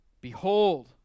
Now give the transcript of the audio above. Behold